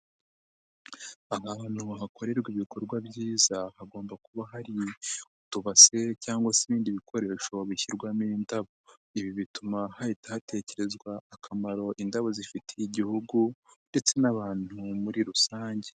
Ahantu hakorerwa ibikorwa byiza hagomba kuba hari utubase cyangwa se ibindi bikoresho bishyirwamo indabo ibi bituma hahita hatekerezwa akamaro indabo zifitiye igihugu ndetse n'abantu muri rusange.